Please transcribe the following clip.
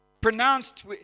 pronounced